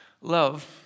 Love